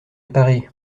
réparé